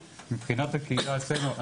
מבחינת הקהילה אצלנו,